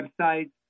websites